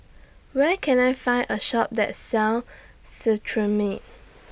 Where Can I Find A Shop that sells Cetrimide